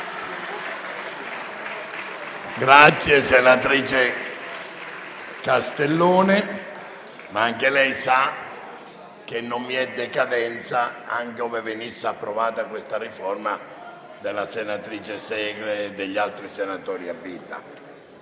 Grazie, senatrice Castellone. Anche lei sa che non vi sarebbe decadenza, ove venisse approvata questa riforma, della senatrice Segre e degli altri senatori a vita.